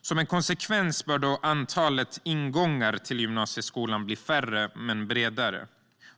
Som en konsekvens av det bör antalet ingångar till gymnasieskolan bli färre men bredare.